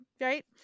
right